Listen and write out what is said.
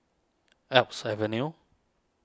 Alps Avenue